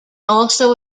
also